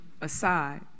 aside